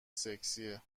سکسیه